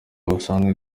busanzwe